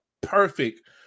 perfect